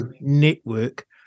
network